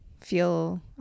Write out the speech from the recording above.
feel